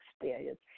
experience